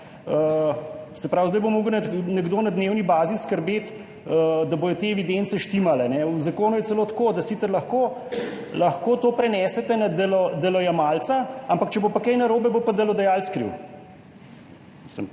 se pravi zdaj bo moral nekdo na dnevni bazi skrbeti, da bodo te evidence štimale. V zakonu je celo tako, da sicer lahko to prenesete na delojemalca, ampak če bo kaj narobe, bo pa kriv delodajalec.